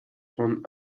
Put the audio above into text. von